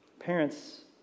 Parents